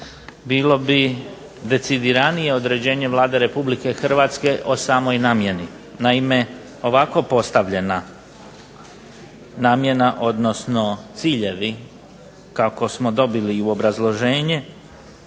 bilo bi decidiranije određenje Vlada Republike Hrvatske o samoj namjeni. Naime, ovako postavljena namjena odnosno ciljevi kako smo dobili i u obrazloženje